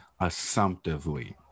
assumptively